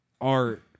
art